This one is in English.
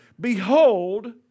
Behold